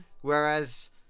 Whereas